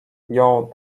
jął